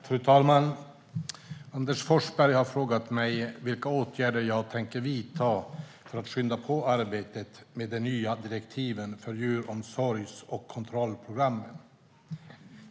Fru talman! Anders Forsberg har frågat mig vilka åtgärder jag tänker vidta för att skynda på arbetet med de nya direktiven för djuromsorgs och kontrollprogrammen.